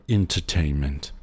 entertainment